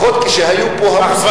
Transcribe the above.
אני חושב שכל הדתות,